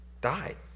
died